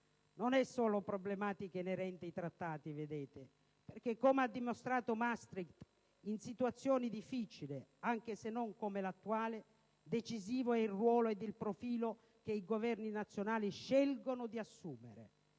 Non è una problematica inerente solo ai trattati perché, come ha dimostrato Maastricht, in una situazione difficile, anche se non come quella attuale, decisivo è il ruolo ed il profilo che i Governi nazionali scelgono di assumere.